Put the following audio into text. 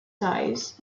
size